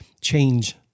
change